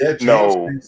No